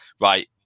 right